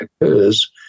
occurs –